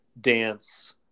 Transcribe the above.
Dance